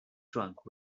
trunk